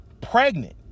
pregnant